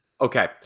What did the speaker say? Okay